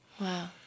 Wow